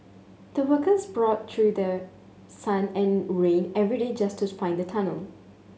the workers brought through the sun and rain every day just to find the tunnel